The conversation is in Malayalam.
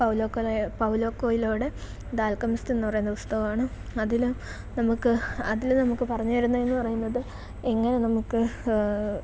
പൗലോ കൊയ്ലോ പൗലോ കൊയ്ലോയുടെ ദ ആൽക്കെമിസ്റ്റ് എന്നു പറയുന്ന പുസ്തകമാണ് അതിൽ നമുക്ക് അതിൽ നമുക്ക് അതിൽ നമുക്ക് പറഞ്ഞിരുന്നേയെന്നു പറയുന്നത് എങ്ങനെ നമുക്ക്